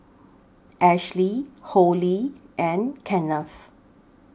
Ashley Hollie and Kenneth